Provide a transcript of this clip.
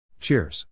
Cheers